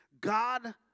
God